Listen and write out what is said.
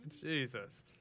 Jesus